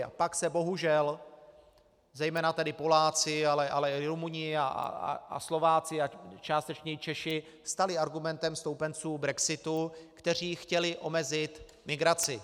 A pak se bohužel, zejména tedy Poláci, ale i Rumuni a Slováci a částečně i Češi stali argumentem stoupenců brexitu, kteří chtěli omezit migraci.